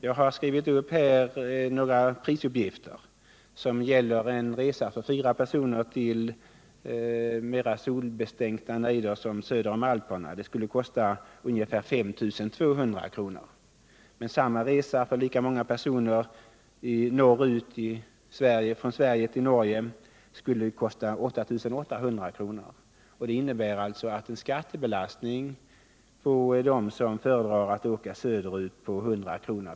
Jag har skrivit upp några prisuppgifter: En resa för fyra personer till mera solbestänkta nejder söder om Alperna skulle kosta ungefär 5 200 kr. Samma resa för lika många personer norrut från Sverige till Norge skulle kosta 8800 kr. Det innebär att en skattebelastning för dem som föredrar att åka söderut med 100 kr.